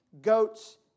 goats